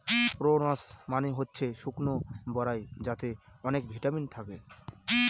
prunes মানে হচ্ছে শুকনো বরাই যাতে অনেক ভিটামিন থাকে